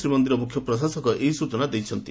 ଶ୍ରୀମ ମୁଖ୍ୟ ପ୍ରଶାସକ ଏହି ସ୍ଟଚନା ଦେଇଛନ୍ତି